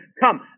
come